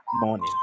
morning